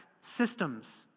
systems